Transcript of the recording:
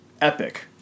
epic